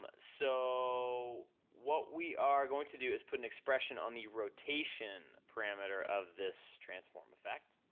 um so, what we are going to do is put an expression on the rotation parameter of this transform effect.